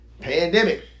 Pandemic